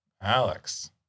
Alex